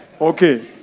Okay